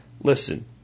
Listen